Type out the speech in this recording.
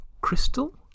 Crystal